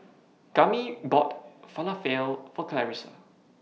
Kami bought Falafel For Clarissa